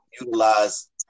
utilize